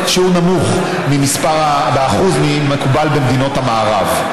אנחנו בשיעור נמוך מהמקובל במדינות במערב.